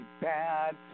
bad